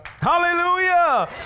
Hallelujah